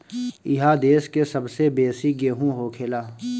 इहा देश के सबसे बेसी गेहूं होखेला